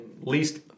least